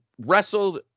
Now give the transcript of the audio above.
wrestled